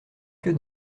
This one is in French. que